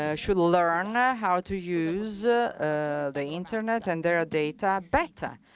ah should learn how to use ah the internet and their data better.